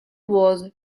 was